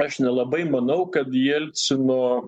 aš nelabai manau kad jelcino